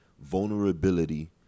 vulnerability